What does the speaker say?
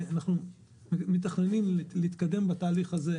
אנחנו מתכננים להתקדם בתהליך הזה.